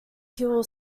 hill